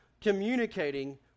communicating